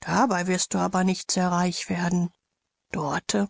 dabei wirst du aber nicht sehr reich werden dorte